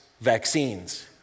vaccines